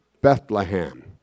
Bethlehem